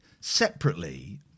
separately